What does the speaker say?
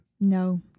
No